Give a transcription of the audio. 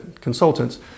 consultants